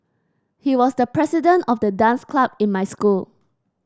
he was the president of the dance club in my school